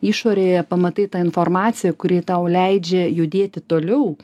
išorėje pamatai tą informaciją kuri tau leidžia judėti toliau